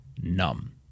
numb